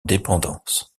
dépendance